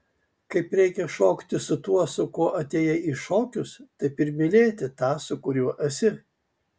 kaip reikia šokti su tuo su kuo atėjai į šokius taip ir mylėti tą su kuriuo esi